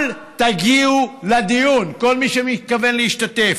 אל תגיעו לדיון, כל מי שמתכוון להשתתף.